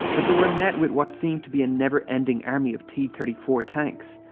but they were met with what seemed to be a never-ending army of t thirty four tanks,